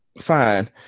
Fine